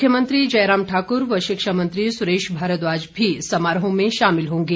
मुख्यमंत्री जयराम ठाकुर व शिक्षामंत्री सुरेश भारद्वाज भी समारोह में शामिल होंगे